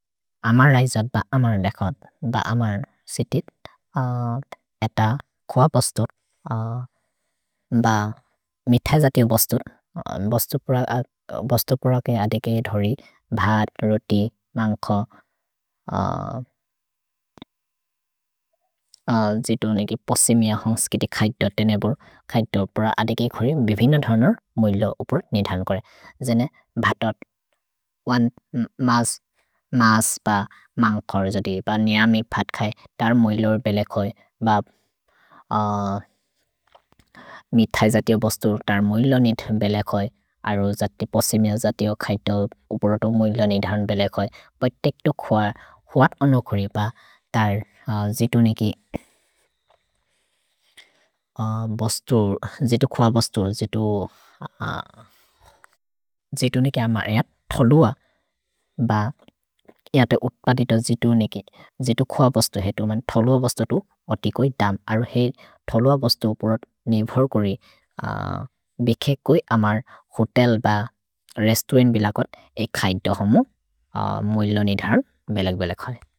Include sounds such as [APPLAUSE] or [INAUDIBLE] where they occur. अमर् रैज ब अमर् देखद् ब अमर् सितित्। एत खुअ बस्तुर् ब मिथ जतिउ बस्तुर्। भस्तु प्रके अदिके धोरि भद्, रोति, मन्ग्खो, [HESITATION] जितु नेगि पोसिमिअ होन्ग्स्किति खैतो तेनेबुर्। खैतो प्रके अदिके धोरि बिभिन धर्नोर् मुइलो उपुर् निधल् कोरे। जेने भतत् वन् [HESITATION] मस् ब मन्ग्खोर् जति ब नेअमि भत् खै तर् मुइलोर् बेलेखोइ ब मिथ जतिउ बस्तुर् तर् मुइलोन् निधोन् बेलेखोइ। अरो जति पोसिमिअ जतिओ खैतो उपुरोतो मुइलोन् निधन् बेलेखोइ। पे तेक्तु खुअ, खुअ अनोखोरि ब तर् जितु नेगि [HESITATION] बस्तुर्, जितु खुअ बस्तुर्, जितु [HESITATION] नेगि अमर् यत् थलुअ ब यते उत्पतित जितु नेगि जितु खुअ बस्तुर् हेतु। मन् थलुअ बस्ततु ओतिकोइ दम्। अरो हे थलुअ बस्तु उपुरोत् नेभोर् कोरि बिखेकोइ अमर् होतेल् ब रेस्तौरन्त् बिलकोत् ए खैतो होमो मुइलोन् निधन् बेलेक् बेलेखोइ।